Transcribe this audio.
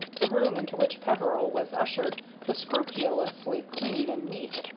the room into which peveril was ushered was scrupulously clean and neat,